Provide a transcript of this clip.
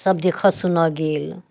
सभ देखऽ सुनऽ गेल